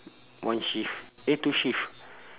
one shift eh two shift